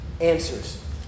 answers